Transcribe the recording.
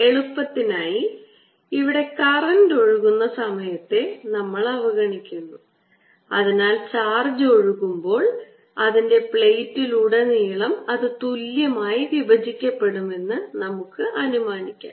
എളുപ്പത്തിനായി ഇവിടെ കറന്റ് ഒഴുകുന്ന സമയത്തെ നമ്മൾ അവഗണിക്കും അതിനാൽ ചാർജ് ഒഴുകുമ്പോൾ അതിന്റെ പ്ലേറ്റിലുടനീളം അത് തുല്യമായി വിഭജിക്കപ്പെടുമെന്ന് നമുക്ക് അനുമാനിക്കാം